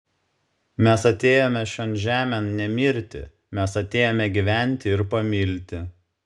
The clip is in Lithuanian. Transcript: mes atėjome šion žemėn ne mirti mes atėjome gyventi ir pamilti